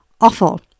awful